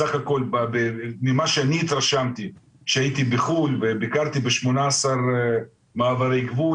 בסך הכל ממה שאני התרשמתי כשהייתי בחו"ל וביקרתי ב-18 מעברי גבול